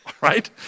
right